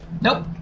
Nope